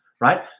right